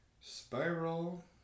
Spiral